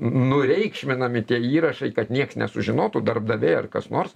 nureikšminami tie įrašai kad nieks nesužinotų darbdaviai ar kas nors